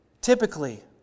Typically